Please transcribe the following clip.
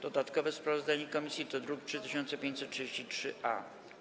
Dodatkowe sprawozdanie komisji to druk nr 3533-A.